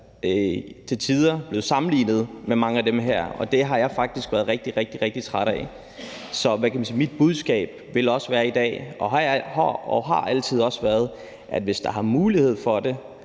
til tider blevet sammenlignet med mange af dem her, og det har jeg faktisk været rigtig, rigtig træt af. Så mit budskab vil være i dag og har også altid været, at hvis der er mulighed for det,